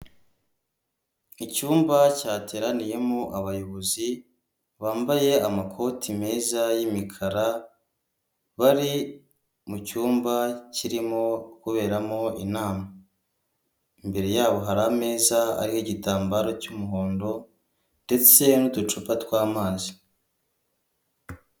Icyumba cyateraniyemo abayobozi bambaye amakoti meza y'imikara bari mucyumba kirimo kuberamo inama, imbere yabo hari ameza ariho igitambaro cy'umuhondo ndetse n'uducupa tw'amazi.